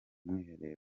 mwiherero